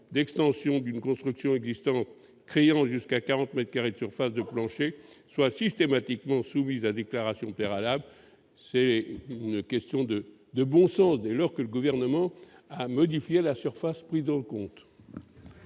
d'extension d'une construction existante créant jusqu'à 40 mètres carrés de surface de plancher soient systématiquement soumis à déclaration préalable. C'est une question de bon sens à partir du moment où le Gouvernement a modifié la surface prise en compte.